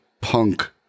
punk